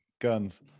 Guns